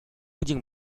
入境